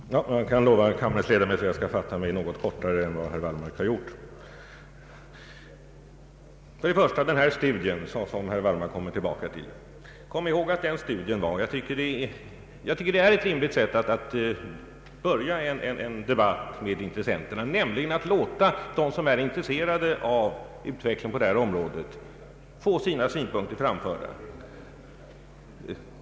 Herr talman! Jag kan lova kammarens ledamöter att jag skall fatta mig något kortare än herr Wallmark har gjort. kommer tillbaka till. Jag tycker att den är uttryck för ett rimligt sätt att börja en debatt med intressenterna, nämligen att låta dem som är intresserade av utvecklingen på detta område få sina synpunkter framförda.